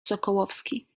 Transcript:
sokołowski